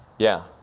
yeah.